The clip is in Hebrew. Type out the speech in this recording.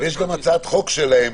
יש גם הצעת חוק שלהם